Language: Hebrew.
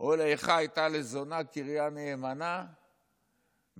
או ל"איכה היתה לזונה קריה נאמנה מלאתי